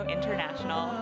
International